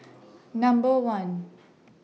Number one